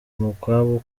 umukwabu